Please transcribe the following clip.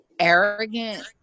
arrogant